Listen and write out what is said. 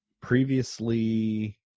previously